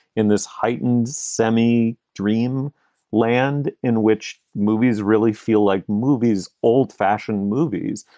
in this heightened semi dream land in which movies really feel like movies. old fashioned movies.